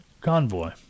convoy